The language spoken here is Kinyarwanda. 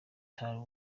ter